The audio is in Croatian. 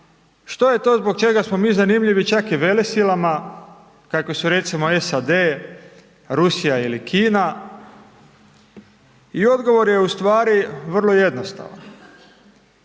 što je to zbog čega smo mi zanimljivi čak i velesilama kakve su recimo SAD, Rusija ili Kina. I odgovor je ustvari vrlo jednostavan.